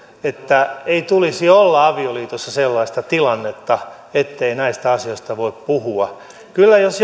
että ei tulisi olla avioliitossa sellaista tilannetta ettei näistä asioista voi puhua jos